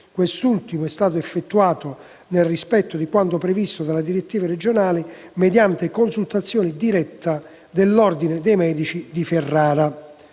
Quest'ultimo è stato effettuato, nel rispetto di quanto previsto dalle direttive regionali, mediante consultazione diretta dell'Ordine dei medici di Ferrara.